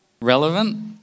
Relevant